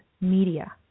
media